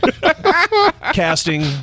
Casting